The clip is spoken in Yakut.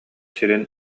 сирин